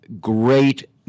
Great